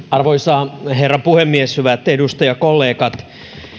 arvoisa herra puhemies hyvät edustajakollegat